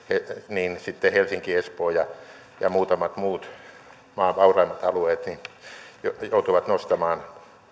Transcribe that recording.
niin sitten helsinki espoo ja ja muutamat muut maan vauraimmat alueet joutuvat nostamaan